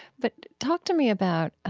but talk to me about ah